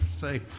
say